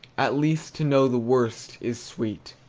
at least to know the worst is sweet.